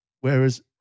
Whereas